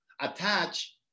attach